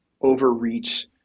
overreach